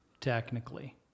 technically